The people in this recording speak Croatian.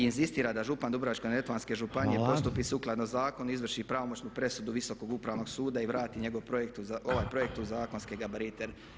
Inzistiram da župan Dubrovačko-neretvanske županije postupi sukladno zakonu i izvrši pravomoćnu presudu Visokog upravnog suda i vrati njegovo, ovaj projekt u zakonske gabarite.